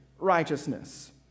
righteousness